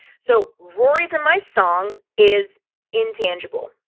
so rory's and my song is intangible,